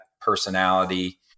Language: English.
personality